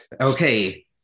Okay